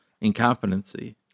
incompetency